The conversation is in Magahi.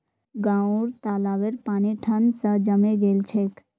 गांउर तालाबेर पानी ठंड स जमें गेल छेक